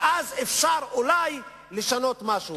ואז אפשר אולי לשנות משהו.